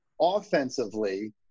offensively